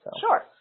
Sure